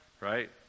Right